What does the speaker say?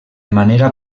manera